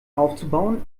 aufzubauen